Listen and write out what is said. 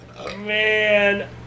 Man